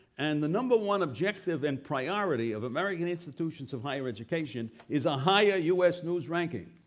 and the number one objective and priority of american institutions of higher education is a higher u s. news ranking.